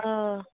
ᱚᱻ